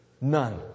None